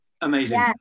amazing